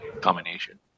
combination